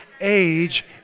age